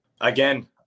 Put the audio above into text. Again